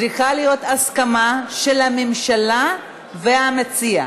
צריכה להיות הסכמה של הממשלה ושל המציע.